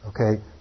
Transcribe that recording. Okay